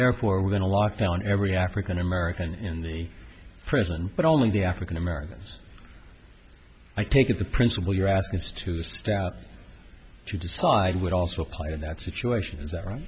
therefore we're going to lock down every african american in the prison but only the african americans i take it the principle you're asking us to stay out to decide would also part of that situation is that right